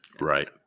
Right